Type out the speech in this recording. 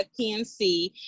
PNC